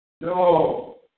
No